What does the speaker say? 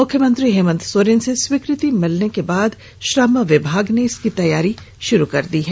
मुख्यमंत्री हेमंत सोरेन से स्वीकृति मिलने के बाद श्रम विभाग ने इसकी तैयारी शुरू कर दी है